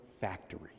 factory